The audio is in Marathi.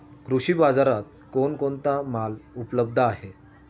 कृषी बाजारात कोण कोणता माल उपलब्ध आहे?